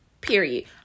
period